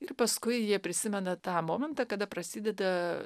ir paskui jie prisimena tą momentą kada prasideda